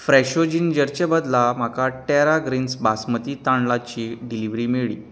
फ्रॅशो जिंजरचे बदला म्हाका टेरा ग्रीन्स बासमती तांदळांची डिलिव्हरी मेळ्ळी